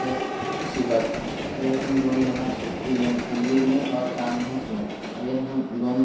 yes अच्छी बात है यदि हम लोन लेना ले लिए और काम नहीं किए और यदि हम लोन